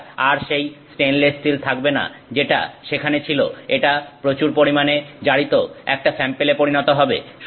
এটা আর সেই স্টেনলেস স্টিল থাকবে না যেটা সেখানে ছিল এটা প্রচুর পরিমাণে জারিত একটা স্যাম্পেলে পরিণত হবে